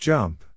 Jump